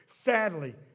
Sadly